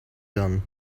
done